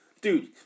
Dude